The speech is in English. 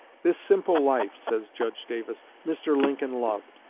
this simple life, says judge davis, mr. lincoln loved,